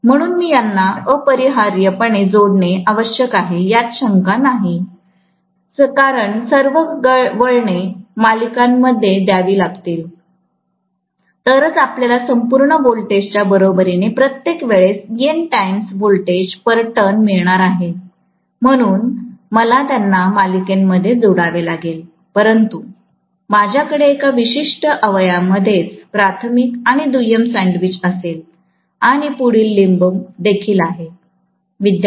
म्हणूनच मी त्यांना अपरिहार्यपणे जोडणे आवश्यक आहे यात काही शंकानाही कारण सर्व वळणे मालिकेमध्ये यावी लागतील तरच आपल्याला संपूर्ण व्होल्टेजच्या बरोबरीने प्रत्येक वेळेस N times voltage per turn मिळणार आहे म्हणून मला त्यांना मालिकेमध्ये जोडावे लागेल परंतु माझ्याकडे एका विशिष्ट अवयवामध्येच प्राथमिक आणि दुय्यम सँडविच असेल आणि पुढील लिंब देखील